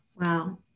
Wow